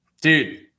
dude